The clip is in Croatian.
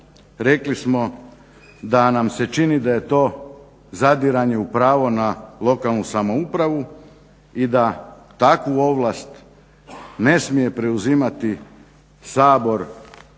rekli smo da nam se čini da je to zadiranje u pravo na lokalnu samoupravu i da takvu ovlast ne smije preuzimati Sabor